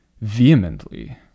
vehemently